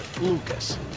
Lucas